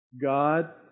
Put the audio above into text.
God